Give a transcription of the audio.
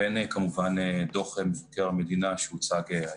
והן כמובן דוח מבקר המדינה שהוצג היום,